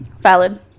valid